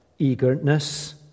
eagerness